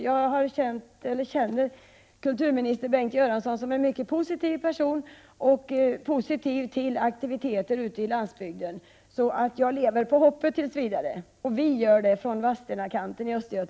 Jag känner kulturminister Bengt Göransson som en positiv person som är mycket positiv även till aktiviteter ute i landsbygden. Jag och övriga på Vadstenakanten i Östergötland lever därför tills vidare på hoppet.